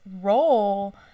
role